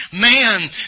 man